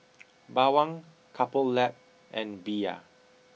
Bawang Couple Lab and Bia